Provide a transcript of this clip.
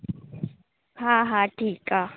हा हा ठीकु आहे